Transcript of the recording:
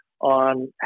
on